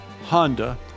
Honda